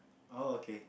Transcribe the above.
oh okay